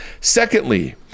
Secondly